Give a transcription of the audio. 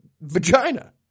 vagina